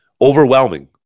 overwhelming